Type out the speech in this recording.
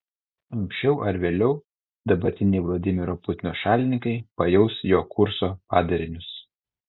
anksčiau ar vėliau dabartiniai vladimiro putino šalininkai pajaus jo kurso padarinius